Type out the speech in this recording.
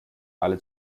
alle